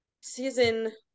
season